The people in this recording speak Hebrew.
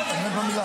הוא לא יכול לחזור.